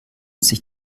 sich